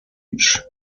age